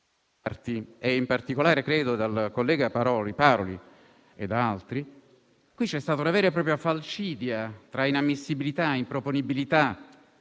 in particolare dal collega Paroli, qui c'è stata una vera e propria falcidia tra inammissibilità, improponibilità,